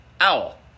Owl